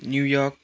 New York